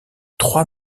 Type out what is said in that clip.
trois